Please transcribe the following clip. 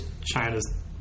China's